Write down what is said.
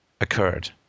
occurred